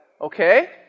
Okay